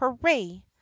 hooray